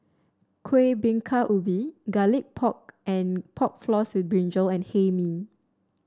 Kuih Bingka Ubi Garlic Pork and Pork Floss with brinjal and Hae Mee